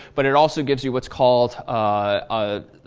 but it also gives you what's called a